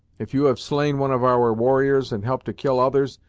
if you have slain one of our warriors, and helped to kill others,